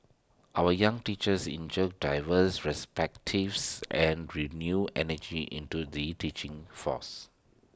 our young teachers inject diverse perspectives and renewed energy into the teaching force